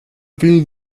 vill